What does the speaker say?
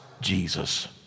Jesus